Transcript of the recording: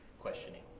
questioning